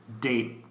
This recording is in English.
Date